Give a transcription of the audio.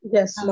Yes